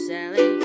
Sally